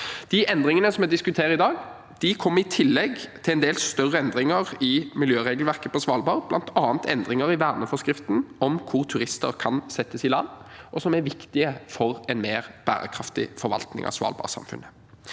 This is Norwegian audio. De endringene vi diskuterer i dag, kommer i tillegg til en del større endringer i miljøregelverket på Svalbard, bl.a. endringer i verneforskriften om hvor turister kan settes i land, og som er viktige for en mer bærekraftig forvaltning av svalbardsamfunnet.